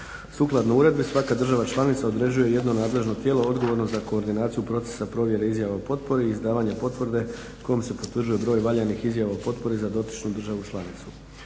Sukladno uredbi svaka država članica određuje jedno nadležno tijelo odgovorno za koordinaciju procesa provjere izjava o potpori i izdavanja potvrde kojom se potvrđuje broj valjanih izjava u potpori za dotičnu državu članicu.